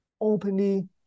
openly